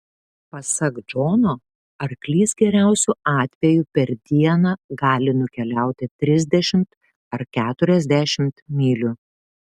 pasak džono arklys geriausiu atveju per dieną gali nukeliauti trisdešimt ar keturiasdešimt mylių